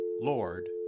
Lord